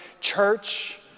church